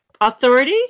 authority